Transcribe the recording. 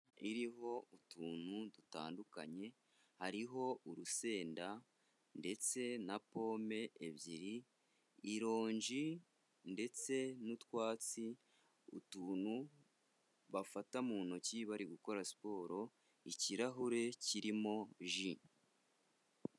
Iriho utuntu dutandukanye, hariho urusenda ndetse na pome ebyiri, ironji ndetse n'utwatsi, utuntu bafata mu ntoki bari gukora siporo ikirahure kirimo ji.